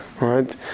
Right